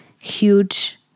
huge